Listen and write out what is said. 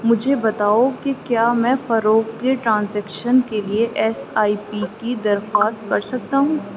مجھے بتاؤ کہ کیا میں فروخت کے ٹرانزیکشن کے لیے ایس آئی پی کی درخواست کر سکتا ہوں